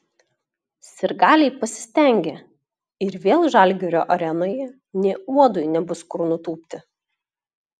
sirgaliai pasistengė ir vėl žalgirio arenoje nė uodui nebus kur nutūpti